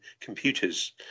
computers